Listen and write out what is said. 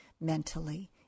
mentally